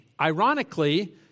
Ironically